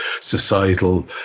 societal